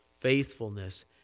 faithfulness